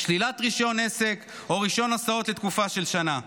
ושלילת רישיון עסק או רישיון הסעות לתקופה של שנה.